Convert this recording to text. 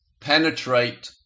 penetrate